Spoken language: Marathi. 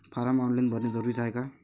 फारम ऑनलाईन भरने जरुरीचे हाय का?